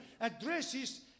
addresses